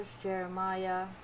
Jeremiah